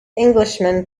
englishman